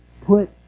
put